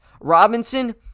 Robinson